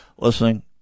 listening